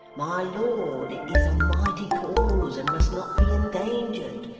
my lord, it is a mighty cause, and must not be endangered.